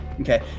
Okay